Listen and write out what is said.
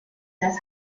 las